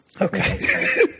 Okay